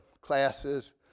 classes